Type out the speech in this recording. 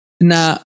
na